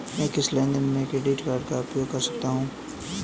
मैं किस लेनदेन में क्रेडिट कार्ड का उपयोग कर सकता हूं?